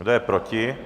Kdo je proti?